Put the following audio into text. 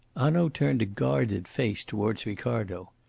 hanaud turned a guarded face towards ricardo.